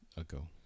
ago